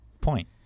point